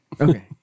Okay